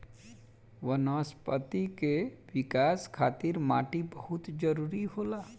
वनस्पति के विकाश खातिर माटी बहुत जरुरी होला